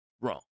Wrong